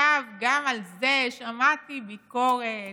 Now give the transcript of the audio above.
גם על זה שמעתי ביקורת,